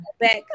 back